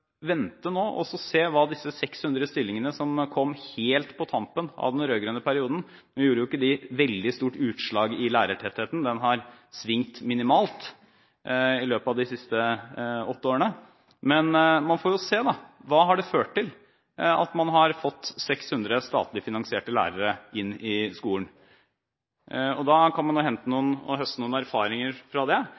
se hva disse 600 statlig finansierte lærerstillingene som man har fått inn i skolen, og som kom helt på tampen av den rød-grønne perioden – nå gjorde ikke det veldig stort utslag på lærertettheten, den har svingt minimalt i løpet av de siste åtte årene – har ført til. Da kan man høste noen erfaringer fra det. Nå ble det dessverre slik at disse stillingene ble fordelt uten at man laget et godt og solid forskningsopplegg rundt det, men det